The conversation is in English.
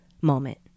moment